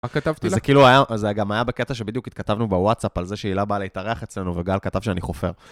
רק כתבתי לך. זה כאילו היה, זה גם היה בקטע שבדיוק התכתבנו בוואטסאפ על זה שהילה באה להתארח אצלנו, וגל כתב שאני חופר.